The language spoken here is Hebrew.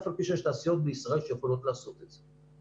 אף על פי שיש תעשיות בישראל שיכולות לעשות את זה.